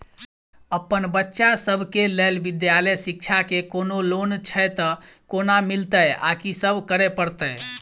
अप्पन बच्चा सब केँ लैल विधालय शिक्षा केँ कोनों लोन छैय तऽ कोना मिलतय आ की सब करै पड़तय